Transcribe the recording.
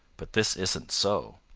but this isn't so.